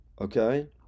Okay